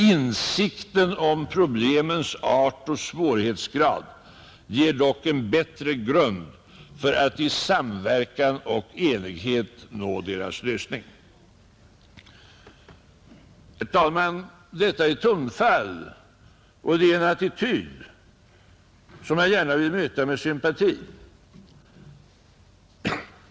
Insikten om problemens art och svårighetsgrad ger dock en bättre grund för att i samverkan och enighet nå deras lösning.” Herr talman! Detta är tonfall och en attityd som jag gärna vill möta med sympati.